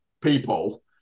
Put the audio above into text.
people